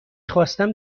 خواستم